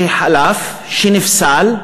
שחלף, שנפסל,